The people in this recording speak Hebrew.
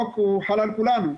החוק חל על כולנו.